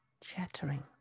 chattering